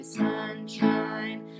sunshine